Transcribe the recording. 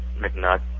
McNutt